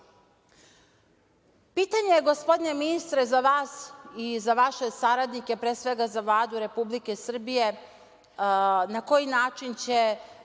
Pitanje, gospodine ministre, za vas i za vaše saradnike, pre svega, za Vladu Republike Srbije na koji način će